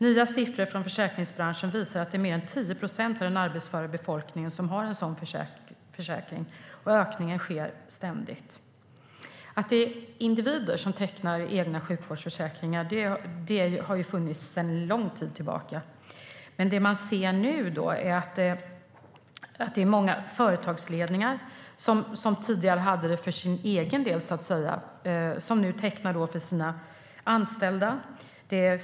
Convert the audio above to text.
Nya siffror från försäkringsbranschen visar att det är mer än 10 procent av den arbetsföra befolkningen som har en sådan försäkring. Ökningen sker ständigt. Sedan lång tid tillbaka har individer tecknat egna sjukvårdsförsäkringar. Men nu ser man att det är många företagsledningar, som tidigare haft dessa för egen del, som tecknar försäkringar för sina anställda.